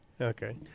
Okay